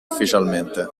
ufficialmente